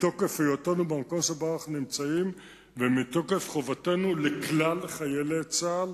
מתוקף היותנו במקום שבו אנחנו נמצאים ומתוקף חובתנו לכלל חיילי צה"ל,